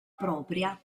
propria